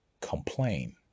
complain